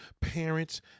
parents